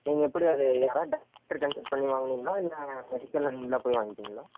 நீங்கள் எப்படி அது யாராவது டாக்டர் கன்செல்ட் பண்ணி வாங்குனீங்களா இல்லை மெடிக்கலில் நீங்களாக போய் வாங்கிட்டிங்களா